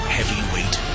Heavyweight